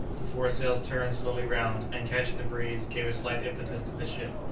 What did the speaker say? the foresails turned slowly round, and, catching the breeze, gave a slight impetus to the ship.